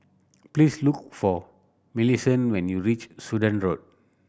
please look for Millicent when you reach Sudan Road